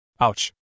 Ouch